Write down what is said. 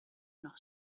not